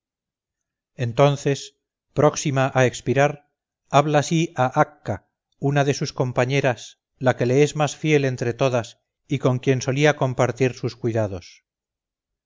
entonces próxima a expirar habla así a acca una de sus compañeras la que le es más fiel entre todas y con quien solía compartir sus cuidados